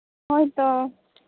ᱦᱳᱭᱛᱳ